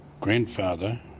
grandfather